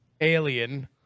alien